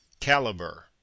Caliber